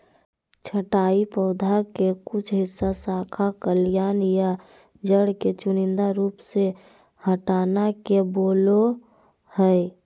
छंटाई पौधा के कुछ हिस्सा, शाखा, कलियां या जड़ के चुनिंदा रूप से हटाना के बोलो हइ